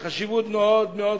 היא רבה מאוד מאוד.